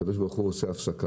הקדוש ברוך הוא עושה הפסקה.